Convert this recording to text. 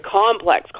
complex